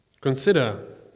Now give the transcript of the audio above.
Consider